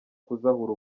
kuzahura